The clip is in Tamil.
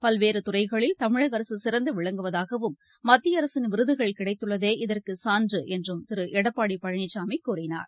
பல்வேறுதுறைகளில் தமிழகஅரசுசிறந்துவிளங்குவதாகவும் மத்தியஅரசின் விருதுகள் கிடைத்துள்ளதே இதற்குசான்றுஎன்றும் திருடப்பாடிபழனிசாமிகூறினார்